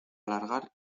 alargar